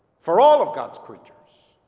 for all of god's creatures.